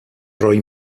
roi